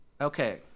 Okay